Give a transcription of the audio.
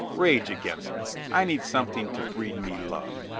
rage against me. i need some thing to breed me love.